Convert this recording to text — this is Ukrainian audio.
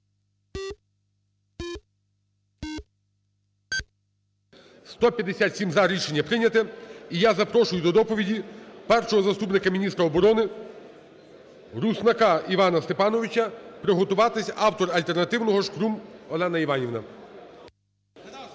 За-157 Рішення прийняте. І я запрошую до доповіді першого заступника міністра оборони Руснака Івана Степановича, приготуватися автор альтернативного Шкрум Олена Іванівна.